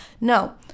No